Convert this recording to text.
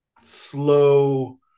slow